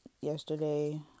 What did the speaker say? Yesterday